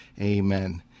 amen